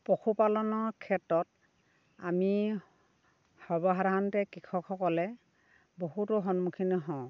পশুপালনৰ ক্ষেত্ৰত আমি সৰ্বসাধাৰণতে কৃষকসকলে বহুতো সন্মুখীন হওঁ